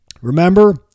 Remember